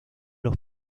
los